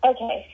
Okay